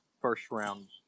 first-round